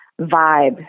vibe